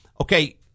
Okay